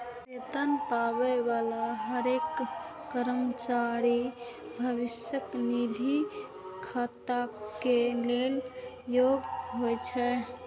वेतन पाबै बला हरेक कर्मचारी भविष्य निधि खाताक लेल योग्य होइ छै